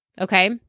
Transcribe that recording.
okay